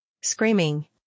Screaming